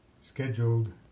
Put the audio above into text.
scheduled